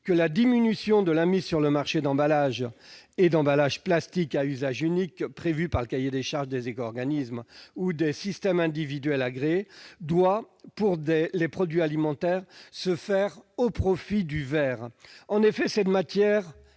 que la diminution de la mise sur le marché des emballages, en particulier des emballages plastiques à usage unique, prévue par le cahier des charges des éco-organismes ou des systèmes individuels agréés doit, pour les produits alimentaires, se faire au profit du verre. En effet, cette matière